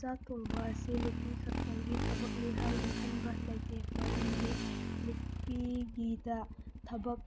ꯆꯥꯛ ꯊꯣꯡꯕ ꯑꯁꯤ ꯅꯨꯄꯤ ꯈꯛꯇꯪꯒꯤ ꯊꯕꯛꯅꯤ ꯍꯥꯏꯅ ꯈꯟꯕ ꯂꯩꯇꯦ ꯃꯔꯝꯗꯤ ꯅꯨꯄꯤꯒꯤꯗ ꯊꯕꯛ